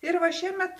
ir va šiemet